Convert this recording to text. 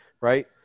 right